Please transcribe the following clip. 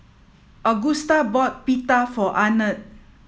Agusta bought Pita for Arnett